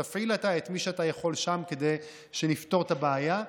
תפעיל אתה את מי שאתה יכול שם כדי שנפתור את הבעיה.